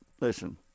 listen